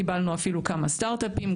קיבלנו אפילו כמה סטארט-אפים.